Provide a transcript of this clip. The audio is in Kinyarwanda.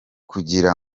kugira